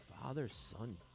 Father-son